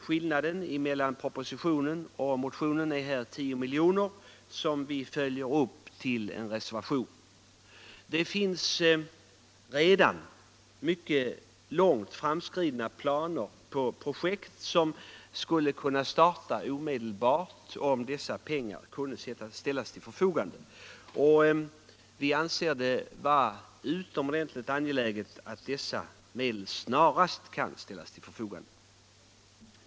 Skillnaden mellan propositionens förslag och motionens är här 10 milj.kr., vilket vi följer upp i en reservation. Det finns redan mycket långt framskridna planer på projekt som skulle kunna starta omedelbart om dessa pengar kunde ställas till förfogande. Vi anser det vara utomordentligt angeläget att dessa medel snarast kan ställas till förfogande.